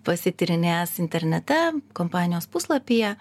pasityrinės internete kompanijos puslapyje